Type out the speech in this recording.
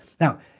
Now